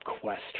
quest